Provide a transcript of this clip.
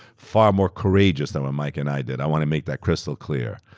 far more courageous than what mike and i did. i want to make that crystal clear.